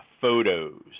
photos